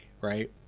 right